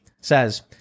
says